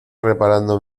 reparando